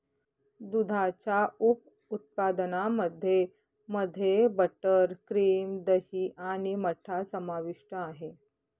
दुधाच्या उप उत्पादनांमध्ये मध्ये बटर, क्रीम, दही आणि मठ्ठा समाविष्ट आहे